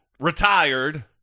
Retired